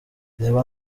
reba